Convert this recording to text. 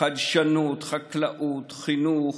חדשנות, חקלאות, חינוך,